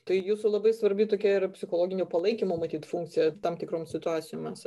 tai jūsų labai svarbi tokia yra psichologinio palaikymo matyt funkcija tam tikrom situacijom esant